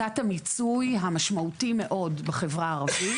תת המיצוי המשמעותי מאוד בחברה הערבית.